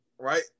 Right